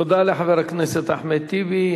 תודה לחבר הכנסת אחמד טיבי.